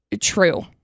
true